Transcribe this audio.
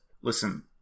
Listen